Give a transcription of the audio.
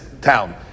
town